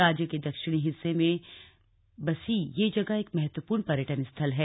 राज्य के दक्षिणी हिस्से में बसी ये जगह एक महत्वपूर्ण पर्यटन स्थल है